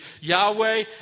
Yahweh